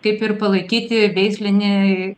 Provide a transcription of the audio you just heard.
kaip ir palaikyti veislinį